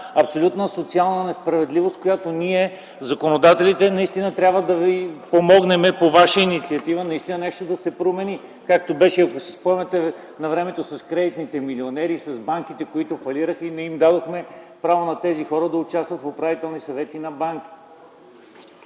абсолютна социална несправедливост, която ние – законодателите, наистина трябва да Ви помогнем, по Ваша инициатива нещо да променим. Така беше, ако си спомняте, навремето с кредитните милионери, с банките, които фалираха – не им дадохме право на тези хора да участват в управителни съвети на банките?!